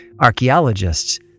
archaeologists